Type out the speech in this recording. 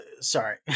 sorry